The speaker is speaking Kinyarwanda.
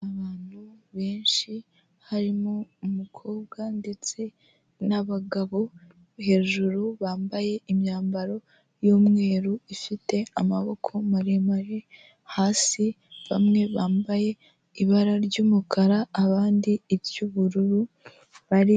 Abantu benshi harimo umukobwa ndetse n'abagabo hejuru bambaye imyambaro y'umweru ifite amaboko maremare, hasi bamwe bambaye ibara ry'umukara abandi iry'ubururu bari...